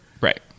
right